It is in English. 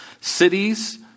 Cities